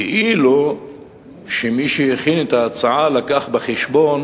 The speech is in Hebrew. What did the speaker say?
כאילו מי שהכין את ההצעה הביא בחשבון